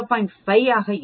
5 ஆக இருக்கும்